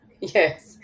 Yes